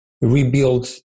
rebuild